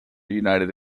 united